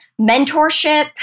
mentorship